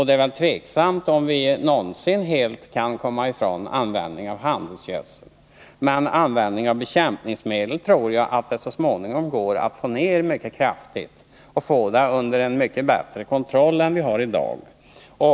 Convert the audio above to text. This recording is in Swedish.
Det är också tveksamt om vi någonsin helt kan komma ifrån användningen av handelsgödsel. Men jag tror att det så småningom går att mycket kraftigt minska användningen av bekämpningsmedel och att det går att få en mycket bättre kontroll på det här området än vi har i dag.